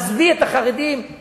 עזבי את החרדים,